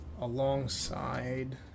alongside